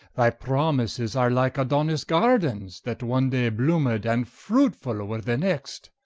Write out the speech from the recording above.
thy promises are like adonis garden, that one day bloom'd, and fruitfull were the next.